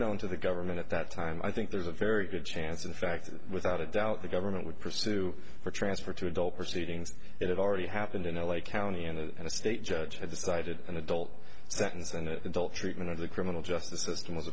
known to the government at that time i think there's a very good chance in fact without a doubt the government would pursue for transfer to adult proceedings it already happened in l a county and a state judge has decided an adult sentence and until treatment of the criminal justice system